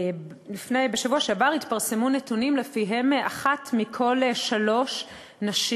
בשבוע שעבר התפרסמו נתונים שלפיהם אחת מכל שלוש נשים